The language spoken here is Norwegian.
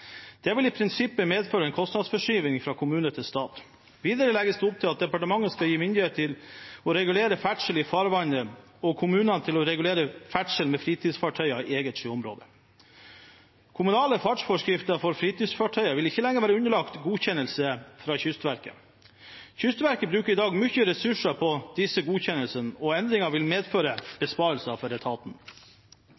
Det vil i prinsippet medføre en kostnadsforskyvning fra kommune til stat. Videre legges det opp til at departementet skal gis myndighet til å regulere ferdsel i farvannet, og kommunene til å regulere ferdselen med fritidsfartøyer i eget sjøområde. Kommunale fartsforskrifter for fritidsfartøy vil ikke lenger være underlagt godkjennelse fra Kystverket. Kystverket bruker i dag mye ressurser på disse godkjennelsene, og en endring vil medføre